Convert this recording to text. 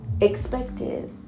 Expected